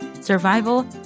survival